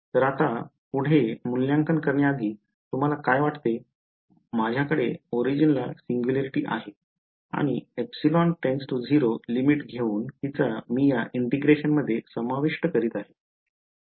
तर आता पुढे मूल्यांकन करण्याआधी तुम्हाला काय वाटते माझ्याकडे origin ला सिंग्युलॅरिटी आहे आणि ε → 0 लिमिट घेऊन तिचा मी या इंटिग्रेशन मध्ये समाविष्ठ करत आहे